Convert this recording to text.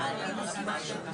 אחרת.